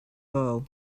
beau